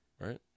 right